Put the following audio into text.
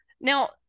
Now